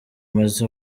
maze